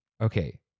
Okay